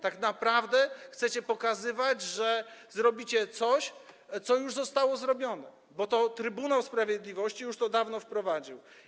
Tak naprawdę chcecie pokazywać, że zrobicie coś, co już zostało zrobione, bo Trybunał Sprawiedliwości już dawno to wprowadził.